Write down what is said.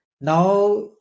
now